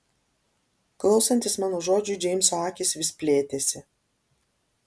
klausantis mano žodžių džeimso akys vis plėtėsi